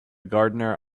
gardener